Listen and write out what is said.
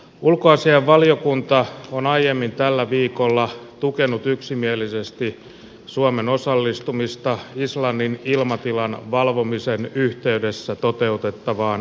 ulkoasiainvaliokunta on aiemmin tällä viikolla tukenut yksimielisesti suomen osallistumista islannin ilmatilan valvomisen yhteydessä toteutettavaan harjoitustoimintaan